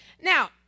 Now